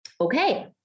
okay